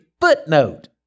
footnote